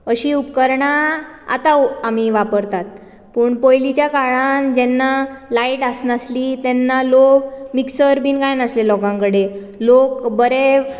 अशीं उपकरणां आतां आमी वापरतात पूण पयलींच्या काळान जेन्ना लायट आसनाशिल्ली तेन्ना लोक मिक्सर बीन कांय नासले लोकां कडेन लोक बरे